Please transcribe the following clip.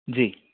जी